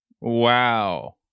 Wow